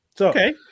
Okay